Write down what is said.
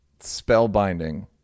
spellbinding